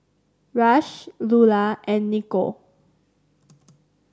Rush Lulah and Nico